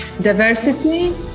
Diversity